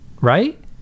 right